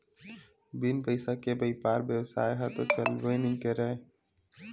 बिन पइसा के बइपार बेवसाय ह तो चलबे नइ करय